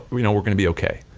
we are gonna be okay.